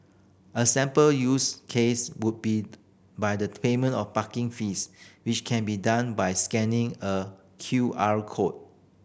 a sample use case would be by the payment of parking fees which can be done by scanning a Q R code